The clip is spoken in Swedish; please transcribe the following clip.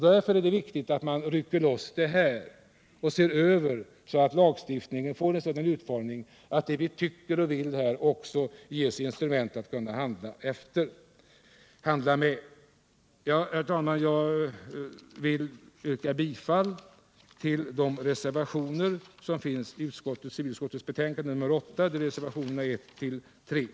Därför är det viktigt att vi rycker ut den här saken och gör en översyn så att lagstiftningen får en sådan utformning att det ges instrument för vad vi tycker och vad vi vill göra. 3 Herr talman! Jag vill yrka bifall till reservationerna 1-3 vid civilutskottets betänkande nr 8.